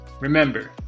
remember